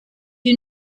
you